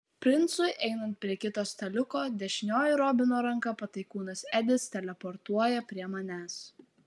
princui einant prie kito staliuko dešinioji robino ranka pataikūnas edis teleportuoja prie manęs